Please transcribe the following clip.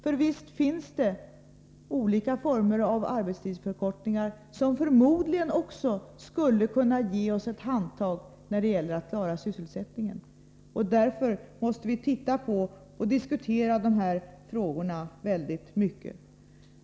För visst finns det olika former av arbetstidsförkortning, som förmodligen också skulle kunna ge oss ett handtag när det gäller att klara sysselsättningen. Därför måste vi ingående diskutera dessa frågor.